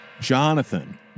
Jonathan